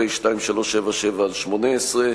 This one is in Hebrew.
פ/2377/18,